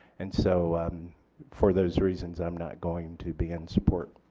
and so for those reasons i am not going to be in support.